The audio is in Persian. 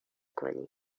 کنی